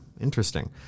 interesting